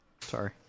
Sorry